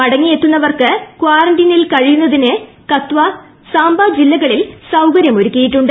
മടങ്ങിയെത്തുന്നവർക്ക് കാറന്റീനിൽ കഴിയുന്നതിന് കത്വ സാർബ് ജില്ലകളിൽ സൌകര്യം ഒരുക്കിയിട്ടുണ്ട്